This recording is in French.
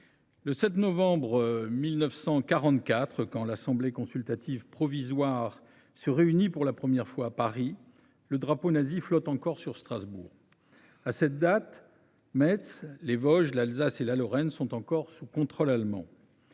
le 7 novembre 1944, lorsque l’Assemblée consultative provisoire se réunit pour la première fois à Paris, le drapeau nazi flotte encore sur Strasbourg. À cette date, Metz, les Vosges, l’Alsace et la Lorraine sont encore sous contrôle allemand.